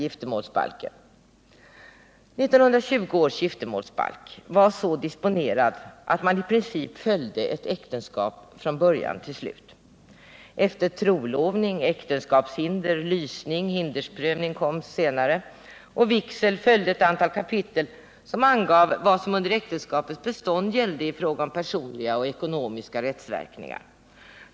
1920 års giftermålsbalk var så disponerad att man i princip följde ett äktenskap från början till slut. Efter trolovning, äktenskapshinder, lysning/hindersprövning och vigsel följde ett antal kapitel som angav vad som under äktenskapets bestånd gällde i fråga om personliga och ekonomiska rättsverkningar.